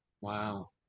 Wow